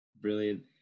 Brilliant